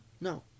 No